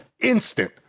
instant